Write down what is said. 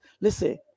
listen